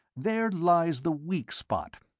there lies the weak spot.